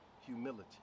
humility